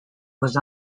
was